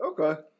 Okay